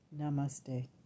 Namaste